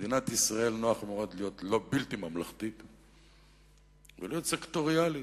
למדינת ישראל מאוד נוח להיות בלתי ממלכתית ולהיות סקטוריאלית.